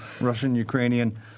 Russian-Ukrainian